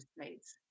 states